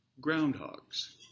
groundhogs